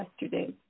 yesterday